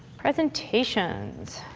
presentations.